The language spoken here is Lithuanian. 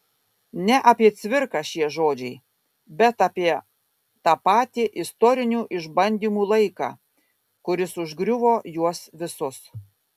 ne apie cvirką šie žodžiai bet apie tą patį istorinių išbandymų laiką kuris užgriuvo juos visus